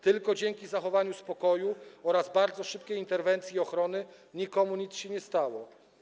Tylko dzięki zachowaniu spokoju oraz bardzo szybkiej interwencji ochrony nikomu nic się nie stało.